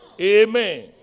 Amen